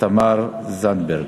תמר זנדברג.